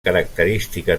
característica